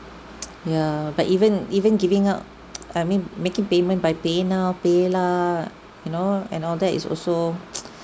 yeah but even even giving out i mean making payment by paynow paylah you know and all that is also